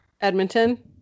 Edmonton